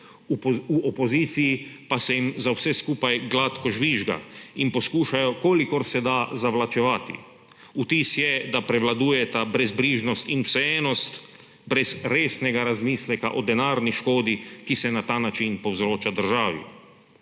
v opoziciji pa se jim za vse skupaj gladko žvižga in poskušajo, kolikor se da, zavlačevati. Vtis je, da prevladujeta brezbrižnost in vseenost brez resnega razmisleka o denarni škodi, ki se na ta način povzroča državi.